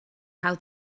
how